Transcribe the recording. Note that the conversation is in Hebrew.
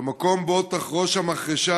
"במקום בו תחרוש המחרשה